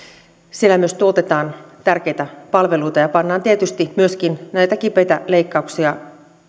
siellä myös tuotetaan tärkeitä palveluita ja pannaan tietysti myöskin näitä kipeitä leikkauksia